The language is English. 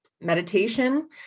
meditation